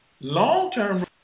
long-term